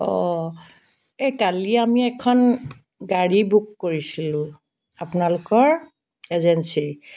অ' কালি আমি এখন গাড়ী বুক কৰিছিলোঁ আপোনালোকৰ এজেঞ্চীৰ